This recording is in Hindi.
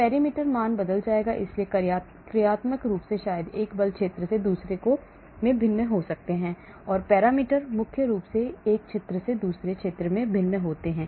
पैरामीटर मान बदल जाएगा इसलिए कार्यात्मक रूप शायद एक बल क्षेत्र से दूसरे में भिन्न हो सकते हैं और पैरामीटर मुख्य रूप से एक क्षेत्र से दूसरे में भिन्न होते हैं